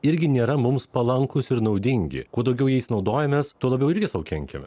irgi nėra mums palankūs ir naudingi kuo daugiau jais naudojamės tuo labiau irgi sau kenkiame